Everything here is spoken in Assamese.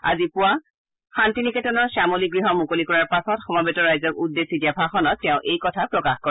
আজি পুৱা শান্তিনিকেতনৰ শ্যামলী গৃহ মুকলি কৰাৰ পাছত সমবেত ৰাইজক উদ্দেশ্যি দিয়া ভাষণত তেওঁ এই কথা প্ৰকাশ কৰে